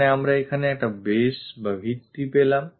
মানে আমরা এখানে একটা base বা ভিত্তি পেলাম